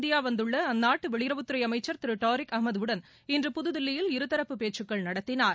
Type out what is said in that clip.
India வந்துள்ள அந்நாட்டு வெளியுறவுத்துறை அமைச்சி திரு டாரிக் அகமது வுடன் இன்று புதுதில்லியில் இருதரப்பு பேச்சுக்கள் நடத்தினார்